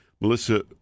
melissa